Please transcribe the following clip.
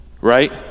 right